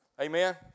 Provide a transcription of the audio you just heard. Amen